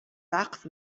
وقت